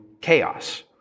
chaos